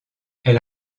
elle